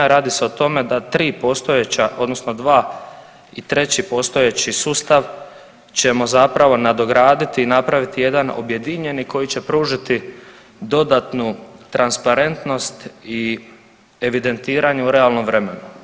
Radi se o tome da 3 postojeća odnosno 2 i treći postojeći sustav ćemo zapravo nadograditi i napraviti jedan objedinjeni koji će pružiti dodatnu transparentnost i evidentiranje u realnom vremenu.